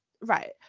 right